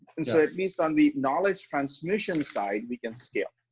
and so at least on the knowledge transmission side, we can scale.